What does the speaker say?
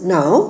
Now